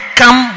come